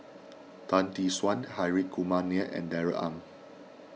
Tan Tee Suan Hri Kumar Nair and Darrell Ang